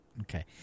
Okay